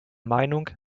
meinung